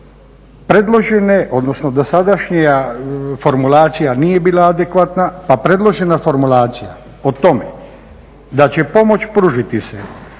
predložene, odnosno dosadašnja formulacija nije bila adekvatna pa predložena formulacija o tome da će pomoć pružiti se